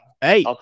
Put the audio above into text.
hey